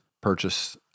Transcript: purchase